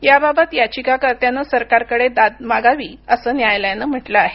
याबाबत याचिकाकर्त्याने सरकारकडे दाद मागावी असं न्यायालयानं म्हटलं आहे